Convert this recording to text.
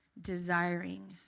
desiring